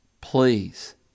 please